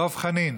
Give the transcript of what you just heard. דב חנין,